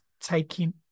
taking